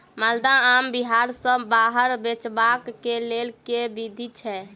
माल्दह आम बिहार सऽ बाहर बेचबाक केँ लेल केँ विधि छैय?